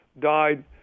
died